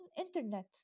internet